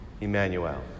Emmanuel